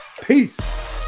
peace